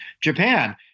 Japan